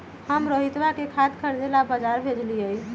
हम रोहितवा के खाद खरीदे ला बजार भेजलीअई र